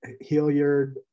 Hilliard